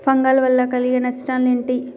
Fungal వల్ల కలిగే నష్టలేంటి?